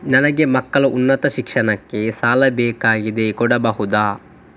ನನಗೆ ಮಕ್ಕಳ ಉನ್ನತ ಶಿಕ್ಷಣಕ್ಕೆ ಸಾಲ ಬೇಕಾಗಿದೆ ಕೊಡಬಹುದ?